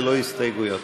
ללא הסתייגויות.